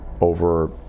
over